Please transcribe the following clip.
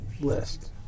list